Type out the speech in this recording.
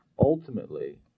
ultimately